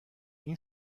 این